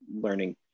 learning